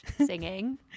singing